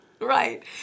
Right